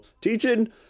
teaching